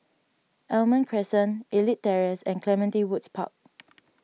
Almond Crescent Elite Terrace and Clementi Woods Park